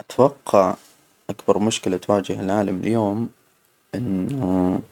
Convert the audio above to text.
أتوقع أكبر مشكلة تواجه العالم اليوم، إنه